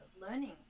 learning